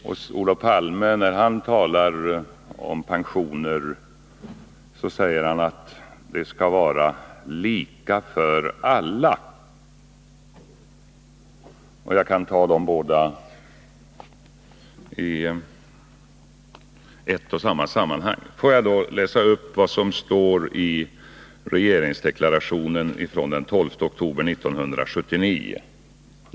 När Olof Palme talade om pensionerna sade han att de skall vara ”lika för alla”. Jag kan ta de båda uttalandena i ett och samma sammanhang. Får då också jag läsa upp en mening ur regeringsdeklarationen från den 12 oktober 1979.